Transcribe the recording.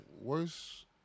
worse